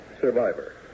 survivor